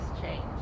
change